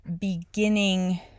beginning